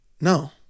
No